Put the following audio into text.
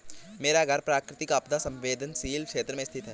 मेरा घर प्राकृतिक आपदा संवेदनशील क्षेत्र में स्थित है